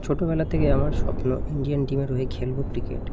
ছোটোবেলা থেকে আমার স্বপ্ন ইন্ডিয়ান টিমের হয়ে খেলব ক্রিকেট